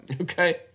Okay